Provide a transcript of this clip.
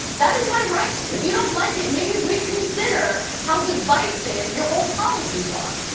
that is my right, if you don't like it may be reconsider how divisive your own policies are.